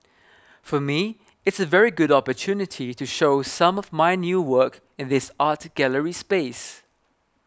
for me it's a very good opportunity to show some of my new work in this art gallery space